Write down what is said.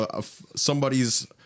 somebody's